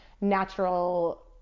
natural